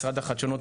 משרד החדשנות,